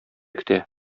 көтә